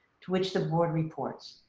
to which the board reports.